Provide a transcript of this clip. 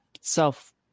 self